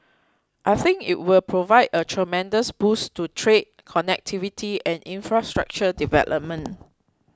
I think it will provide a tremendous boost to trade connectivity and infrastructure development